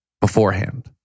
beforehand